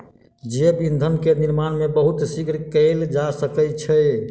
जैव ईंधन के निर्माण बहुत शीघ्र कएल जा सकै छै